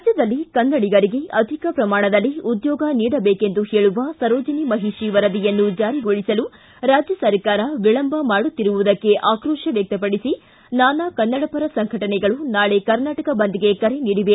ರಾಜ್ಯದಲ್ಲಿ ಕನ್ನಡಿಗರಿಗೆ ಅಧಿಕ ಪ್ರಮಾಣದಲ್ಲಿ ಉದ್ಯೋಗ ನೀಡಬೇಕೆಂದು ಹೇಳುವ ಸರೋಜಿನಿ ಮಹಿಷಿ ವರದಿಯನ್ನು ಜಾರಿಗೊಳಿಸಲು ರಾಜ್ಯ ಸರ್ಕಾರ ವಿಳಂಬ ಮಾಡುತ್ತಿರುವುದಕ್ಕೆ ಆಕ್ರೋಶ ವ್ಯಕ್ತಪಡಿಸಿ ನಾನಾ ಕನ್ನಡಪರ ಸಂಘಟನೆಗಳು ನಾಳೆ ಕರ್ನಾಟಕ ಬಂದ್ಗೆ ಕರೆ ನೀಡಿವೆ